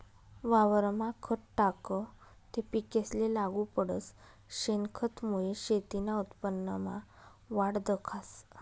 वावरमा खत टाकं ते पिकेसले लागू पडस, शेनखतमुये शेतीना उत्पन्नमा वाढ दखास